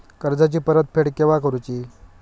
कर्जाची परत फेड केव्हा करुची?